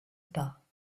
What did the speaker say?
pas